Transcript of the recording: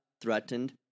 threatened